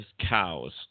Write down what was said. cows